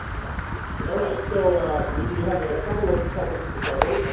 yeah yeah all right. so we have a couple of topics to cover,